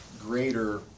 greater